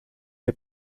est